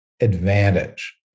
advantage